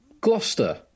Gloucester